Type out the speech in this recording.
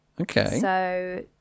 Okay